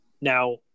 now